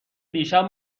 دیشب